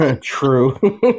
True